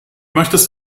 möchtest